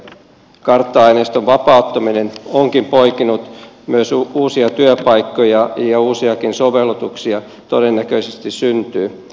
kartta aineiston vapauttaminen onkin poikinut myös uusia työpaikkoja ja uusiakin sovellutuksia todennäköisesti syntyy